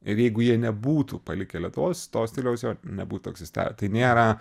ir jeigu jie nebūtų palikę lietuvos to stiliaus jo nebūtų egzistavę tai nėra